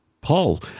Paul